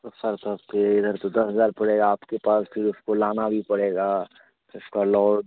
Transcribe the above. तो सर तो फिर इधर तो दस हज़ार पड़ेगा आपके पास फिर उसको लाना भी पड़ेगा फिर उसका